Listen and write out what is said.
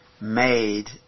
made